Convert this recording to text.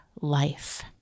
life